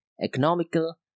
economical